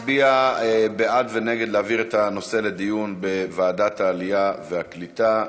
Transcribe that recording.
אז אנחנו נצביע בעד ונגד להעביר את הנושא לדיון בוועדת העלייה והקליטה.